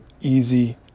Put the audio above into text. easy